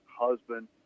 husband